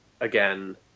again